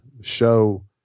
show